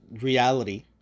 reality